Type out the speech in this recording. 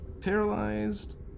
paralyzed